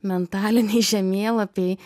mentaliniai žemėlapiai